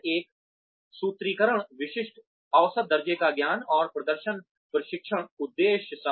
फिर एक सूत्रीकरण विशिष्ट औसत दर्जे का ज्ञान और प्रदर्शन प्रशिक्षण उद्देश्य